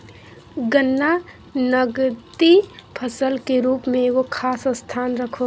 गन्ना नकदी फसल के रूप में एगो खास स्थान रखो हइ